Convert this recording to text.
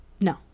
No